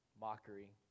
mockery